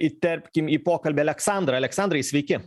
įterpkim į pokalbį aleksandrą aleksandrai sveiki